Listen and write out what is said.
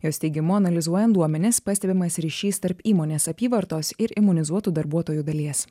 jos teigimu analizuojant duomenis pastebimas ryšys tarp įmonės apyvartos ir imunizuotų darbuotojų dalies